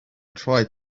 tried